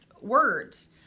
words